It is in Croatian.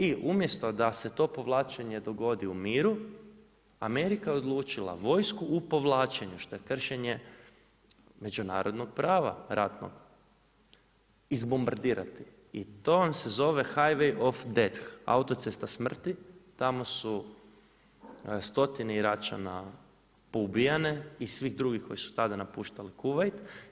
I umjesto da se to povlačenje dogodi u miru, Amerika je odlučila vojsku u povlačenju, što je kršenje međunarodnog prava ratnog, izbombadirati i to vam se zove … autocesta smrti, tamo su stotine Iračana poubijane i svi drugi koji su tada napuštali Kuvajt.